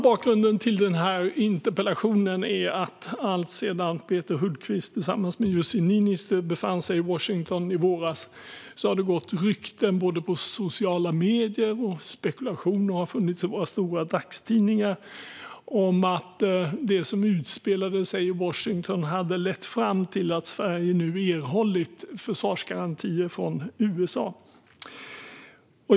Bakgrunden till denna interpellation är att det alltsedan Peter Hultqvist tillsammans med Jussi Niinistö befann sig i Washington i våras har gått rykten i sociala medier och funnits spekulationer i våra stora dagstidningar om att det som utspelade sig i Washington hade lett fram till att Sverige nu erhållit försvarsgarantier från USA.